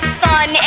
sun